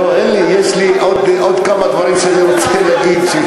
לא, אין לי, יש לי עוד כמה דברים שאני רוצה להגיד.